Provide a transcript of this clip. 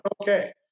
okay